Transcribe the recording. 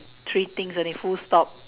three things only full stop